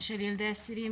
של ילדי אסירים.